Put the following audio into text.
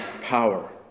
power